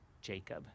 jacob